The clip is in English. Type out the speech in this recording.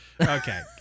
Okay